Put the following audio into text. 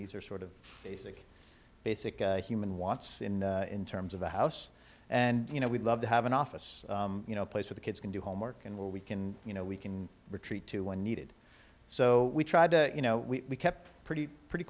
these are sort of basic basic human wants in terms of the house and you know we'd love to have an office you know a place for the kids can do homework and where we can you know we can retreat to when needed so we tried to you know we kept pretty pretty